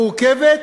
מורכבת,